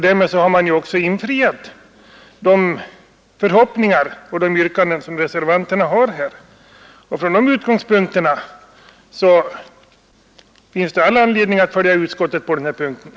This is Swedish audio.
Därmed har man tillgodosett reservanternas krav och yrkanden, och även från dessa utgångspunkter finns det all anledning att följa utskottets förslag.